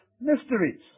mysteries